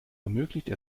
ermöglicht